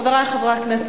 חברי חברי הכנסת,